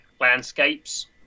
landscapes